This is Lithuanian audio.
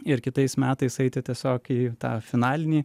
ir kitais metais eiti tiesiog į tą finalinį